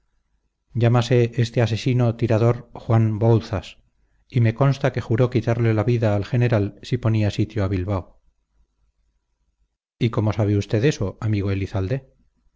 infestaban aquella tierra llámase este asesino tirador juan bouzas y me consta que juró quitarle la vida al general si ponía sitio a bilbao y cómo sabe usted eso amigo elizalde